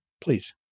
please